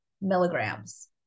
milligrams